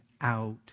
out